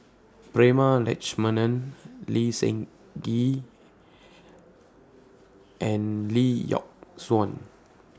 Prema Letchumanan Lee Seng Gee and Lee Yock Suan